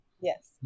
Yes